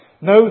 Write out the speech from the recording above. No